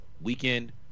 weekend